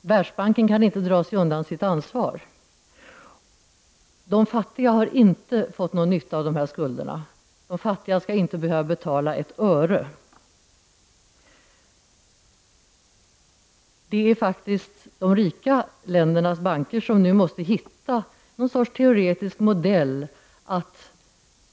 Världsbanken kan inte dra sig undan sitt ansvar. De fattiga har inte fått någon nytta av de här skulderna. De fattiga skall inte behöva betala ett öre. Det är faktiskt de rika ländernas banker som nu måste hitta någon sorts teoretisk modell att